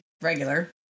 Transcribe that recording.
Regular